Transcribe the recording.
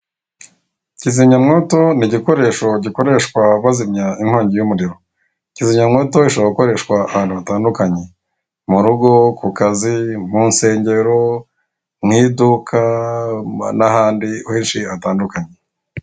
Kizimyamwoto ni igikoresho gikoreshwa bazimya inkongi y'umuriro. Kizimyamwoto ishobora gukoreshwa ahantu hatandukanye, mu rugo, ku kazi, mu nsengero, mw'iduka n'ahandi henshi hatandukanye.